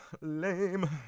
lame